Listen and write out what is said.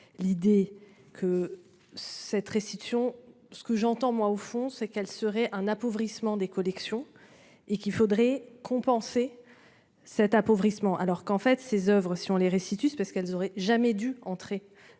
L'idée que cette restitution. Ce que j'entends moi au fond c'est qu'elle serait un appauvrissement des collections et qu'il faudrait compenser. Cet appauvrissement alors qu'en fait ces Oeuvres si on les restitue parce qu'elles auraient jamais dû entrer